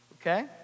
okay